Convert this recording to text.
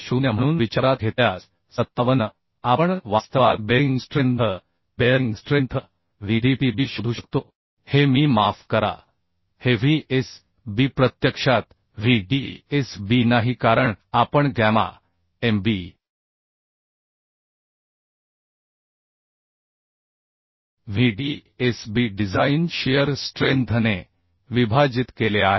57 म्हणून विचारात घेतल्यास आपण वास्तवात bearing strength bearing strength V d p b शोधू शकतो हे मी माफ करा हे V s b प्रत्यक्षात V d s b नाही कारण आपण m b V d s b design shear स्ट्रेंथने विभाजित केले आहे